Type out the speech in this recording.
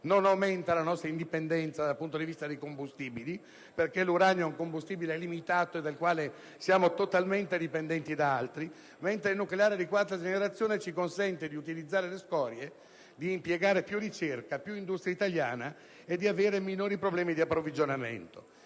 non aumenta la nostra indipendenza dal punto di vista dei combustibili, perché l'uranio è un combustibile limitato, per cui siamo totalmente dipendenti dall'estero, mentre il nucleare di quarta generazione ci consente di utilizzare le scorie, di impiegare più ricerca e più industria italiana e di avere minori problemi di approvvigionamento.